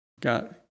got